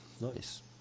Nice